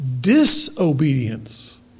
disobedience